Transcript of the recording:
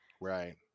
right